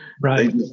Right